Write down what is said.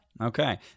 Okay